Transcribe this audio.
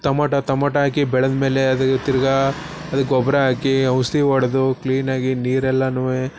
tomato tomato ಹಾಕಿ ಬೆಳ್ದ ಮೇಲೆ ಅದು ತಿರ್ಗಾ ಅದ್ಕೆ ಗೊಬ್ಬರ ಹಾಕೀ ಔಷಧಿ ಹೊಡ್ದು ಕ್ಲೀನಾಗಿ ನೀರೆಲ್ಲನೂ